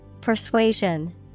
Persuasion